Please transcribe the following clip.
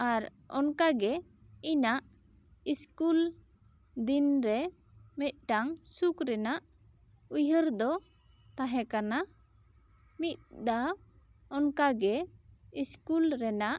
ᱟᱨ ᱚᱱᱠᱟ ᱜᱤ ᱤᱱᱟᱹᱜ ᱤᱥᱠᱤᱞ ᱫᱤᱱ ᱨᱮ ᱢᱤᱫ ᱴᱮᱱ ᱥᱩᱠ ᱨᱮᱱᱟᱜ ᱩᱭᱦᱟᱹᱨ ᱫᱚ ᱛᱟᱦᱮᱸ ᱠᱟᱱᱟ ᱢᱤᱫ ᱫᱷᱟᱣ ᱚᱱᱠᱟ ᱜᱮ ᱤᱥᱠᱩᱞ ᱨᱮᱱᱟᱜ